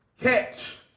catch